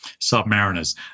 submariners